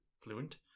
Fluent